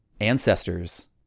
ancestors